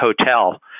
Hotel